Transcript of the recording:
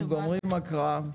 אנחנו גומרים את הקראה.